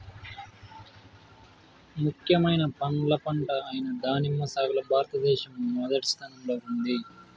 ముఖ్యమైన పండ్ల పంట అయిన దానిమ్మ సాగులో భారతదేశం మొదటి స్థానంలో ఉంది